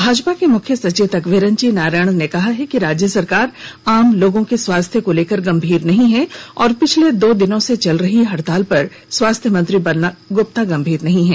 भाजपा के मुख्य सचेतक विरंची नारायाण ने कहा है कि राज्य सरकार आम लोगों के स्वास्थ्य को लेकर गंभीर नहीं है और पिछले दो दिनों से चल रही हड़ताल पर स्वास्थ्य मंत्री बन्ना गुप्ता गंभीर नहीं हैं